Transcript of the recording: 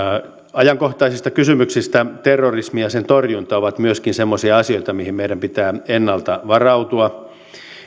ajankohtaisista kysymyksistä terrorismi ja sen torjunta ovat myöskin semmoisia asioita joihin meidän pitää ennalta varautua